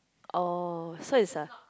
oh so it's a